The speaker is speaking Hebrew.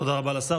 תודה רבה לשר.